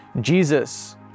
Jesus